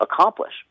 accomplish